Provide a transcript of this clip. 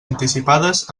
anticipades